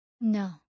No